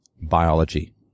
biology